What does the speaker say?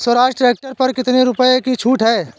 Swaraj tractor पर कितनी रुपये की छूट है?